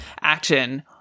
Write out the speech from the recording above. action